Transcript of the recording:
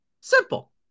Simple